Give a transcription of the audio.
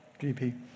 GP